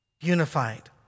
unified